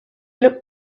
looked